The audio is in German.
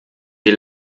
die